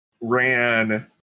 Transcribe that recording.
ran